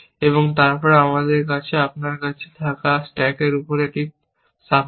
এবং তারপর আপনার কাছে থাকা স্ট্যাকের উপরে একটি স্থাপন করা